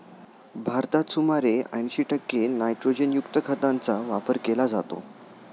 भारतात सुमारे ऐंशी टक्के नायट्रोजनयुक्त खतांचा वापर केला जातो